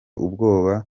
ubwoba